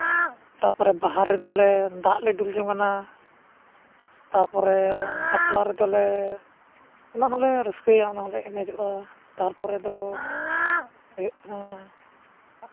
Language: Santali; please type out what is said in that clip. ᱛᱟᱨᱯᱚᱨ ᱵᱟᱦᱟ ᱨᱮᱫᱚᱞᱮ ᱫᱟᱜ ᱞᱮ ᱫᱩᱞ ᱡᱚᱝ ᱟᱱᱟ ᱛᱟᱨᱯᱚᱨᱮ ᱵᱟᱯᱞᱟ ᱨᱮᱫᱚᱞᱮ ᱚᱱᱟ ᱦᱚᱸᱞᱮ ᱨᱟᱹᱥᱠᱟᱹᱭᱟ ᱚᱱᱟ ᱦᱚᱸᱞᱮ ᱮᱱᱮᱡᱚᱜᱼᱟ ᱛᱟᱨᱯᱚᱨᱮ ᱫᱚ ᱦᱩᱭᱩᱜ ᱠᱟᱱᱟ